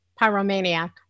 pyromaniac